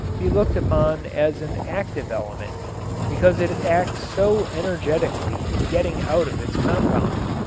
be looked upon as an active element because it acts so energetically in getting out of its compounds.